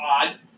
odd